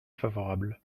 favorable